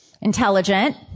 Intelligent